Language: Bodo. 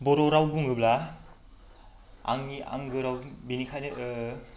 बर' राव बुङोब्ला आंनि आंगो राव बेनिखायनो